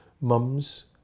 mums